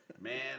Man